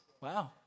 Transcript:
Wow